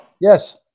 Yes